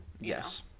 yes